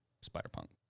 Spider-Punk